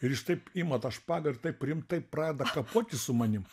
ir jis taip ima tą špagą ir taip rimtai pradeda kapotis su manim